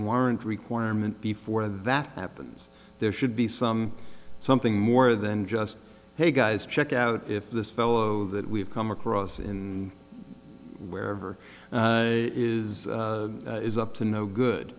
warrant requirement before that happens there should be some something more than just hey guys check out if this fellow that we've come across in wherever it is is up to no good